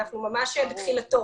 אנחנו ממש בתחילתו,